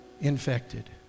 Infected